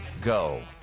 go